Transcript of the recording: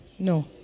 No